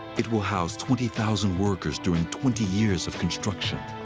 it will house twenty thousand workers during twenty years of construction.